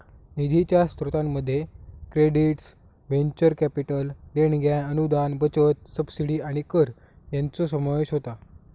निधीच्या स्रोतांमध्ये credits, venture capital देणग्या, अनुदान, बचत, सबसिडी आणि कर हयांचो समावेश होता